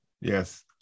Yes